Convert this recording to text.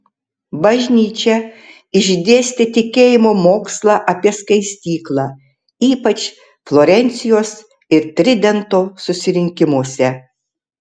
bažnyčia išdėstė tikėjimo mokslą apie skaistyklą ypač florencijos ir tridento susirinkimuose